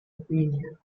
opinion